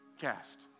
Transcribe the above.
Cast